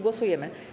Głosujemy.